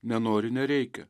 nenori nereikia